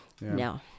No